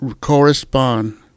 correspond